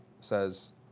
says